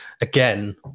again